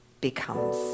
becomes